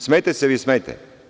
Smejte se vi, smejte.